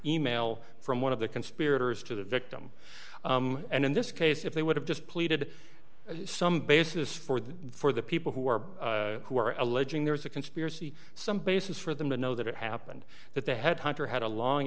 e mail from one of the conspirators to the victim and in this case if they would have just pleaded some basis for the for the people who are who are alleging there's a conspiracy some basis for them to know that it happened that the headhunter had a long